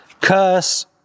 curse